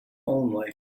only